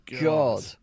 god